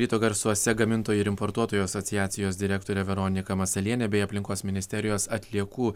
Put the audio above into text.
ryto garsuose gamintojų ir importuotojų asociacijos direktorė veronika masalienė bei aplinkos ministerijos atliekų